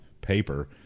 paper